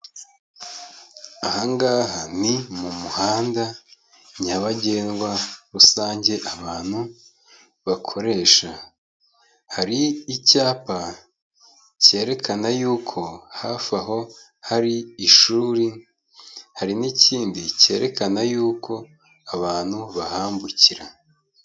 Aha ngaha ni mu muhanda nyabagendwa rusange, abantu bakoresha. Hari icyapa cyerekana yuko hafi aho hari ishuri, hari n'ikindi cyerekana yuko abantu bahambukira.